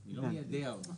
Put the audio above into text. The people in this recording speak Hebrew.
אני לא מיידע אותך.